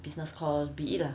business costs 比喻 lah